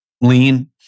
lean